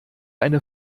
eine